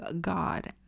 God